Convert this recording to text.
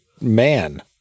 man